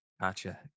gotcha